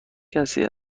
کسی